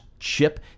chip